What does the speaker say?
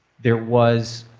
there was,